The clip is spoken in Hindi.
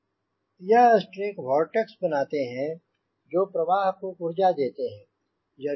यह स्ट्रेक वोर्टेक्स बनाते हैं जो प्रवाह को ऊर्जा देते हैं